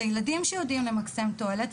זה ילדים שיודעים למקסם תועלת,